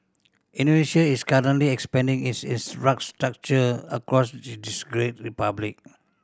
Indonesia is currently expanding its infrastructure across this great republic